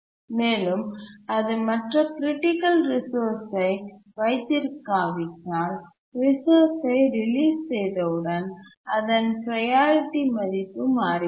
மேலும் அது மற்ற க்ரிட்டிக்கல் ரிசோர்ஸ் ஐ வைத்திருக்காவிட்டால் ரிசோர்ஸ் ஐ ரிலீஸ் செய்தவுடன் அதன் ப்ரையாரிட்டி மதிப்பு மாறுகிறது